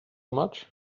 much